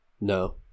No